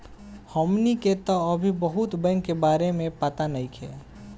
हमनी के तऽ अभी बहुत बैंक के बारे में पाता नइखे